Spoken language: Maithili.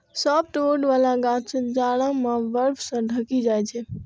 सॉफ्टवुड बला गाछ जाड़ा मे बर्फ सं ढकि जाइ छै